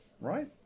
Right